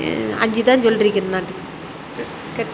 அஞ்சுதான் சொல்றீருக்கிறானாட்டு கெட்டு